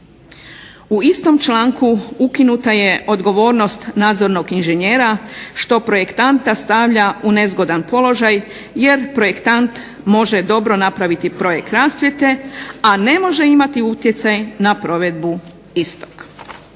U istom članku ukinuta je odgovornost nadzornog inženjera što projektanta stavlja u nezgodan položaj jer projektant može dobro napraviti projekt rasvjete a ne može imati utjecaj na provedbu istog.